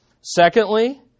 Secondly